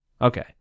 okay